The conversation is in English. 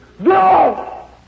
No